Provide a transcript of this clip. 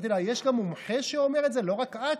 אמרתי לה: יש גם מומחה שאומר את זה, לא רק את?